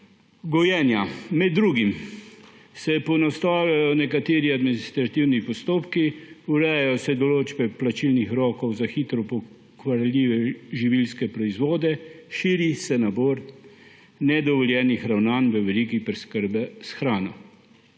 gojenja. Med drugim se ponastavljajo nekateri administrativni postopki, urejajo se določbe plačilnih rokov za hitro pokvarljive živilske proizvode, širi se nabor nedovoljenih ravnanj v veliki preskrbi s hrano.